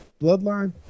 bloodline